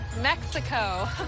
Mexico